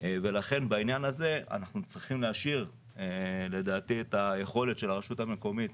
לכן בעניין הזה אנחנו צריכים להשאיר לדעתי את היכולת של הרשות המקומית